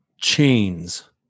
chains